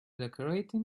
decorated